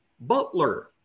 Butler